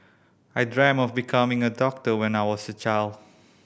I dreamt of becoming a doctor when I was a child